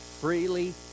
freely